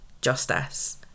justice